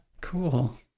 cool